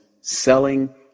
selling